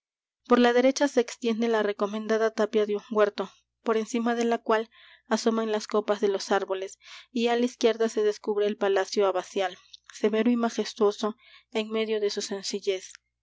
por la derecha se extiende la remendada tapia de un huerto por encima de la cual asoman las copas de los árboles y á la izquierda se descubre el palacio abacial severo y majestuoso en medio de su sencillez